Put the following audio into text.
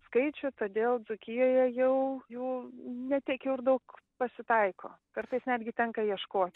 skaičių todėl dzūkijoje jau jų ne tiek jau ir daug pasitaiko kartais netgi tenka ieškot